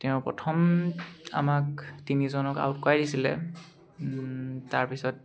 তেওঁ প্ৰথম আমাক তিনিজনক আউট কৰাই দিছিলে তাৰপিছত